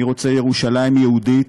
אני רוצה ירושלים יהודית,